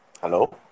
Hello